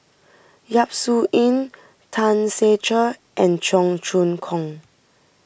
Yap Su Yin Tan Ser Cher and Cheong Choong Kong